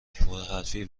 پرحرفی